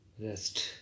rest